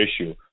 issue